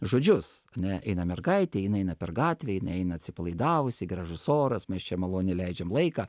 žodžius ane eina mergaitė eina eina per gatvę jinai eina atsipalaidavusi gražus oras mes čia maloniai leidžiam laiką